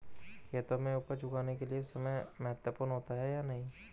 खेतों में उपज उगाने के लिये समय महत्वपूर्ण होता है या नहीं?